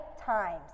times